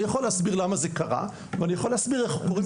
אני יכול להסביר למה זה קרה ואני יכול להסביר איך קורים תרחישים.